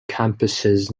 campuses